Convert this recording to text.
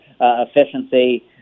efficiency